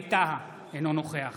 ווליד טאהא, אינו נוכח